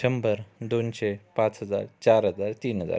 शंभर दोनशे पाच हजार चार हजार तीन हजार